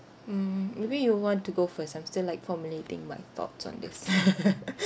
mm maybe you want to go first I'm still like formulating my thoughts on this